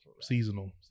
Seasonal